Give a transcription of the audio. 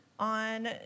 On